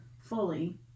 fully